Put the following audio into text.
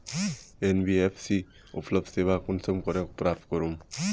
NBFC उपलब्ध सेवा कुंसम करे प्राप्त करूम?